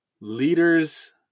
leaders